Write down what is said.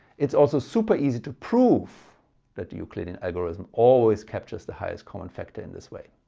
it's also super easy to prove that the euclidean algorithm always captures the highest common factor in this way.